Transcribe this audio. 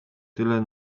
tyle